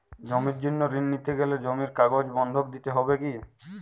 জমির জন্য ঋন নিতে গেলে জমির কাগজ বন্ধক দিতে হবে কি?